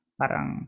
parang